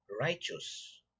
righteous